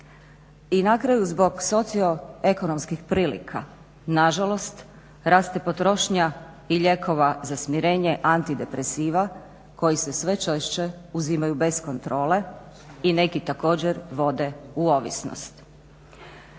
I na kraju zbog socioekonomskih prilika na žalost raste potrošnja i lijekova za smirenje, antidepresiva koji se sve češće uzimaju bez kontrole i neki također vode u ovisnost.